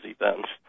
events